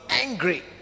angry